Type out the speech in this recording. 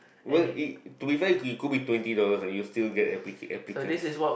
well it to be fair it could be twenty dollars and you will still get appli~ applicants